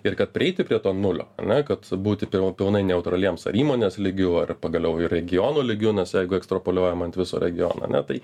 ir kad prieiti prie to nulio ar ne kad būti piln pilnai neutraliems ar įmonės lygiu ar pagaliau ir regionų lygiu nes jeigu ekstrapoliuojam ant viso regiono ane tai